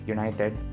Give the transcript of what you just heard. United